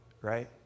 right